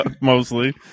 mostly